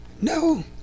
No